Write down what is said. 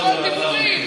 הכול דיבורים.